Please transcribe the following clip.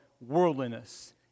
worldliness